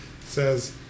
says